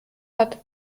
hat